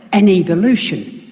an evolution.